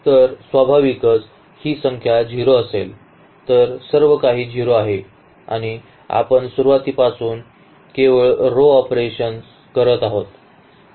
तर स्वाभाविकच ही संख्या 0 असेल तर सर्व काही 0 आहे आणि आपण सुरुवातीपासूनच केवळ row ऑपरेशन्स करत आहोत